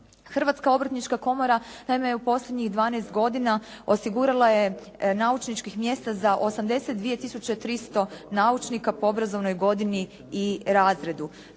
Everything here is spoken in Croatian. Hrvatska obrtnička komora naime je u posljednjih 12 godina osigurala je naučničkih mjesta za 82300 naučnika po obrazovnoj godini i razredu.